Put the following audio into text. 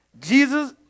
Jesus